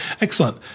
Excellent